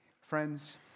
Friends